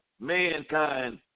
mankind